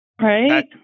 Right